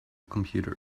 computer